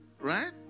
Right